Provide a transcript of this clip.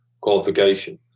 qualification